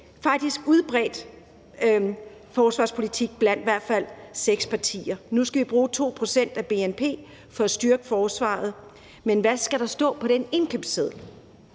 en udbredt forsvarspolitik blandt i hvert fald seks partier. Nu skal vi bruge 2 pct. af bnp for at styrke forsvaret, men hvad skal der stå på den indkøbsseddel?